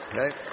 Okay